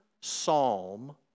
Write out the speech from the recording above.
psalm